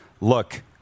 Look